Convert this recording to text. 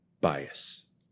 Bias